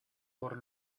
por